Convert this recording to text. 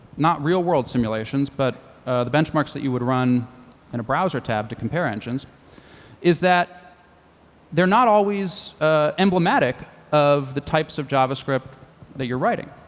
not real world simulations but the benchmarks that you would run in a browser tab to compare engines is that they're not always emblematic of the types of javascript that you're writing.